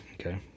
Okay